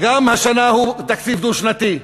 גם השנה הוא תקציב דו-שנתי.